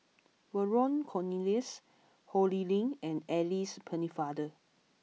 Vernon Cornelius Ho Lee Ling and Alice Pennefather